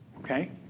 Okay